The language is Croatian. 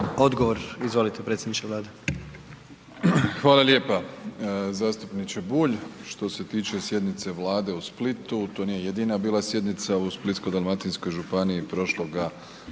Odgovor, izvolite predsjedniče Vlade. **Plenković, Andrej (HDZ)** Hvala lijepa, zastupniče Bulj. Što se tiče sjednice Vlade u Splitu, to nije jedina bila sjednica u Splitsko-dalmatinskoj županiji prošloga